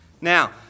Now